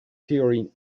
theory